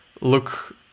look